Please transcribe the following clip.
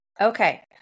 Okay